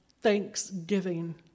thanksgiving